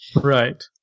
Right